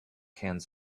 hands